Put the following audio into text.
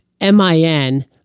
M-I-N